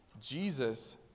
Jesus